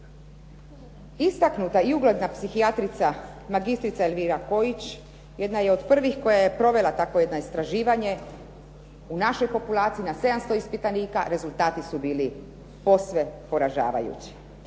Istaknuta i ugledna psihijatrica, magistrica Elvira Kojić jedna je od prvih koja je provela takvo jedno istraživanje u našoj populaciji na 700 ispitanika rezultati su bili posve poražavajući.